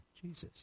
Jesus